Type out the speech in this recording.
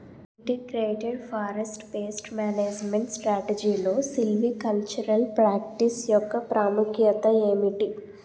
Integrated forest pest management స్ట్రాటజీలో silvicultural practice యెక్క ప్రాముఖ్యత ఏమిటి??